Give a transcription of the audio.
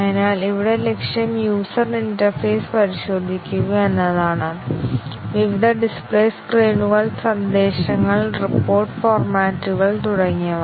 അതിനാൽ ഇവിടെ ലക്ഷ്യം യൂസർ ഇന്റർഫേസ് പരിശോധിക്കുക എന്നതാണ് വിവിധ ഡിസ്പ്ലേ സ്ക്രീനുകൾ സന്ദേശങ്ങൾ റിപ്പോർട്ട് ഫോർമാറ്റുകൾ തുടങ്ങിയവ